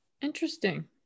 interesting